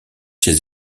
ses